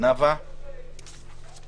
נושא עיכוב ההליכים תפיסתית נועד לסייע